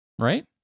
Right